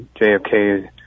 JFK